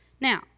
Now